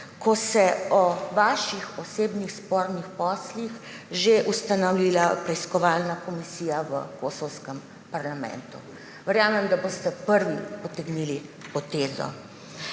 ko se je o vaših osebnih spornih poslih že ustanovila preiskovalna komisija v kosovskem parlamentu. Verjamem, da boste prvi potegnili potezo.